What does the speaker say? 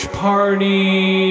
party